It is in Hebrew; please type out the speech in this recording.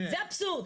זה אבסורד.